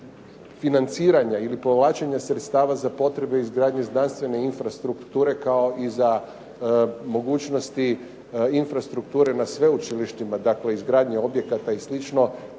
financiranja ili povlačenja sredstava za potrebe izgradnje znanstvene infrastrukture kao i za mogućnosti infrastrukture na sveučilištima, dakle izgradnje objekata i